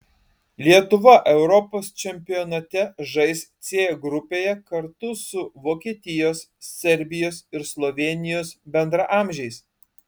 lietuva europos čempionate žais c grupėje kartu su vokietijos serbijos ir slovėnijos bendraamžiais